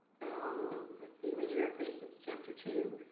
so linear equations, chapter two.